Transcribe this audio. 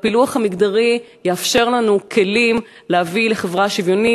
והפילוח המגדרי יאפשר לנו כלים להביא לחברה שוויונית,